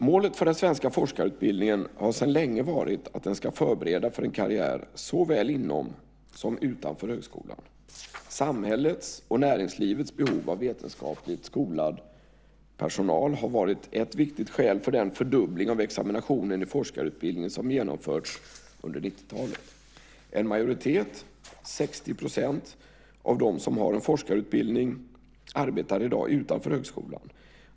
Målet för den svenska forskarutbildningen har sedan länge varit att den ska förbereda för en karriär såväl inom som utanför högskolan. Samhällets och näringslivets behov av vetenskapligt skolad personal har varit ett viktigt skäl för den fördubbling av examinationen i forskarutbildningen som genomförts under 1990-talet. En majoritet - 60 %- av dem som har en forskarutbildning arbetar i dag utanför högskolan.